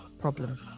problem